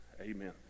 amen